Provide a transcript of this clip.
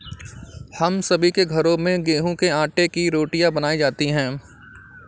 हम सभी के घरों में गेहूं के आटे की रोटियां बनाई जाती हैं